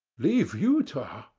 leave utah!